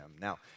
Now